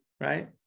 right